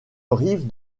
rive